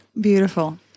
Beautiful